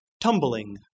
tumbling